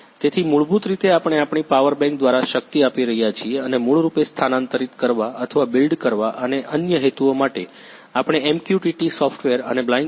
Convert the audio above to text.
તેથી મૂળભૂત રીતે આપણે આપણી પાવર બેંક દ્વારા શક્તિ આપી રહ્યા છીએ અને મૂળ રૂપે સ્થાનાંતરિત કરવા અથવા બિલ્ડ કરવા અને અન્ય હેતુઓ માટે આપણે MQTT સોફ્ટવેર અને બ્લાઇંક એપ્લિકેશનનો ઉપયોગ કરી રહ્યાં છીએ